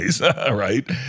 right